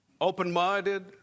open-minded